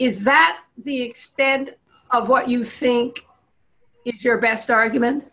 is that the extend of what you think it is your best argument